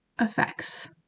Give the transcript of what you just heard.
effects